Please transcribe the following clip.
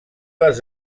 les